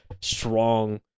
strong